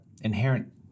inherent